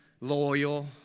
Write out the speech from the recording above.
loyal